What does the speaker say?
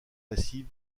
massives